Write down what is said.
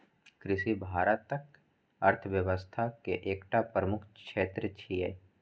कृषि भारतक अर्थव्यवस्था के एकटा प्रमुख क्षेत्र छियै